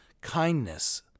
Kindness